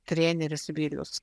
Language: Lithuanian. treneris vilius